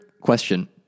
question